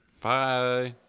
Bye